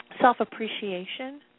self-appreciation